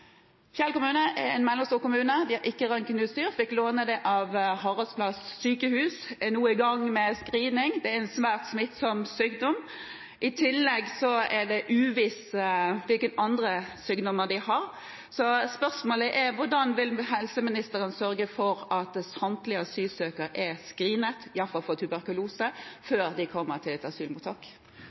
Fjell kommune er en mellomstor kommune. De har ikke røntgenutstyr. De fikk låne det av Haraldsplass Diakonale sykehus og er nå i gang med screening – det er en svært smittsom sykdom. I tillegg er det uvisst hvilke andre sykdommer asylsøkerne har. Spørsmålet er: Hvordan vil helseministeren sørge for at samtlige asylsøkere er screenet, iallfall for tuberkulose, før de kommer til et asylmottak?